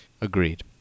Agreed